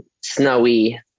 snowy